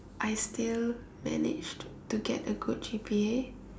I still managed to get a good G_P_A